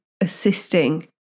assisting